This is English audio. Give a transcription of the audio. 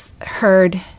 heard